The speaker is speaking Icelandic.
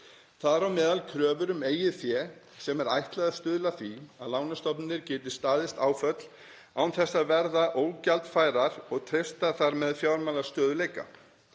þar á meðal kröfur um eigið fé sem er ætlað að stuðla að því að lánastofnanir geti staðist áföll án þess að verða ógjaldfærar og treysta þar með fjármálastöðugleika.